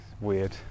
weird